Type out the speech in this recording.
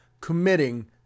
committing